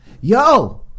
Yo